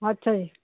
ਅੱਛਾ ਜੀ